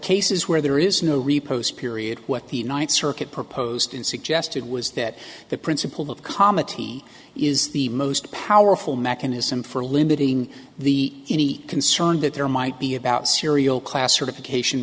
cases where there is no repose period what the ninth circuit proposed in suggested was that the principle of comedy is the most powerful mechanism for limiting the any concern that there might be about serial classification